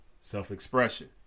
self-expression